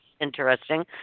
interesting